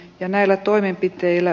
ja näillä toimenpiteillä